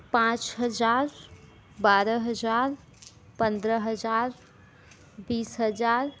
पाँच हज़ार बारह हज़ार पंद्रह हज़ार बीस हज़ार